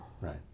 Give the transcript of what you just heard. Right